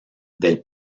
del